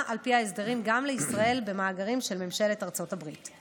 על פי ההסדרים גם לישראל במאגרים של ממשלת ארצות הברית.